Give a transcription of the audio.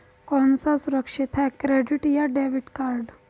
कौन सा सुरक्षित है क्रेडिट या डेबिट कार्ड?